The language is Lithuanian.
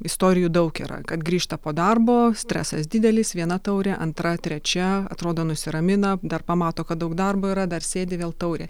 istorijų daug yra kad grįžta po darbo stresas didelis viena taurė antra trečia atrodo nusiramina dar pamato kad daug darbo yra dar sėdi vėl taurė